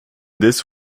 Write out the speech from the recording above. this